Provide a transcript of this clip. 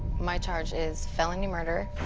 my charge is felony murder.